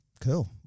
Cool